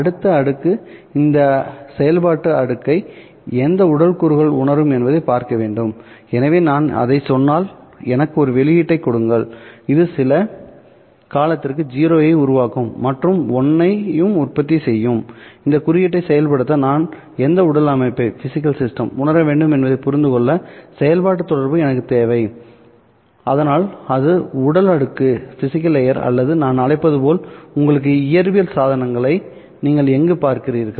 அடுத்த அடுக்கு இந்த செயல்பாட்டு அடுக்கை எந்த உடல் கூறுகள் உணரும் என்பதைப் பார்க்க வேண்டும் எனவே நான் அதைச் சொன்னால் எனக்கு ஒரு வெளியீட்டைக் கொடுங்கள் இது சில காலத்திற்கு 0 ஐ உருவாக்கும் மற்றும் 1 க்கு 1 ஐ உற்பத்தி செய்யும் இந்த குறிப்பிட்டதை செயல்படுத்த நான் எந்த உடல் அமைப்பை உணர வேண்டும் என்பதைப் புரிந்து கொள்ள செயல்பாட்டு தொடர்பு எனக்கு தேவை அதனால் அது உடல் அடுக்கு அல்லது நான் அழைப்பது போல் உங்களுக்குத் தெரியும் இயற்பியல் சாதனங்களை நீங்கள் எங்கு பார்க்கிறீர்கள்